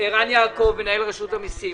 יעקב, מנהל רשות המיסים.